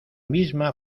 misma